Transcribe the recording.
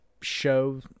show